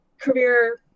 career